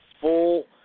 full